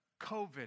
COVID